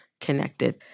connected